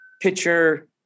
pitcher